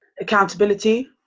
Accountability